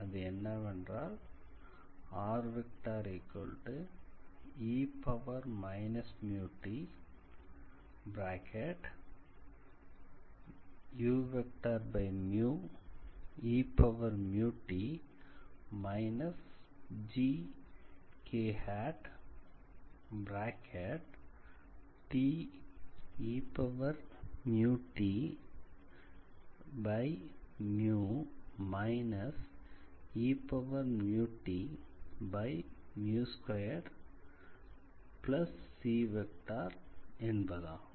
அது என்னவென்றால் re−μtueμt−gkteμt-eμt2cஆகும்